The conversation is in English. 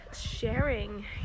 sharing